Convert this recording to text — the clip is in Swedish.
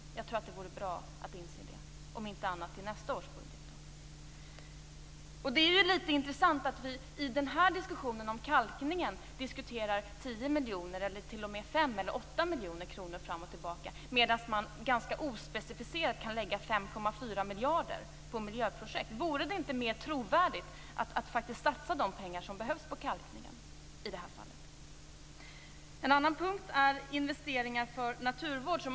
Jag tror att det vore bra att inse det, om inte annat så till nästa års budget. Det är ganska intressant att vi i diskussionen om kalkning diskuterar 10 miljoner kronor och t.o.m. 5 eller 8 miljoner kronor fram och tillbaka, medan man ganska ospecificerat kan lägga 5,4 miljarder kronor på miljöprojekt. Vore det inte i det här fallet mera trovärdigt att faktiskt satsa de pengar som behövs för kalkningen? Ytterligare en punkt gäller investeringar för naturvård.